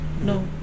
No